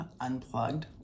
unplugged